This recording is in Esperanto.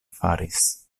faris